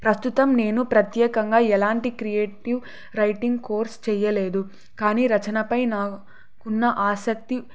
ప్రస్తుతం నేను ప్రత్యేకంగా ఎలాంటి క్రియేటివ్ రైటింగ్ కోర్స్ చేయలేదు కానీ రచనపై నాకున్న ఆసక్తి